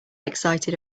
excited